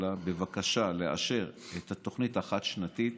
לממשלה בבקשה לאשר את התוכנית החד-שנתית